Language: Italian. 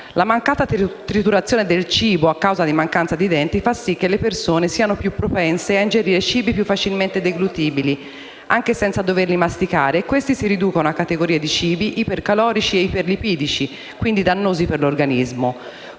La mancata triturazione del cibo, a causa di mancanza di denti, fa sì che le persone siano più propense a ingerire cibi più facilmente deglutibili, anche senza doverli masticare, e questi si riconducono a categorie di cibi ipercalorici e iperlipidici, quindi dannosi per l'organismo;